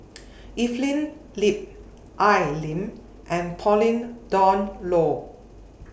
Evelyn Lip Al Lim and Pauline Dawn Loh